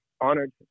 honored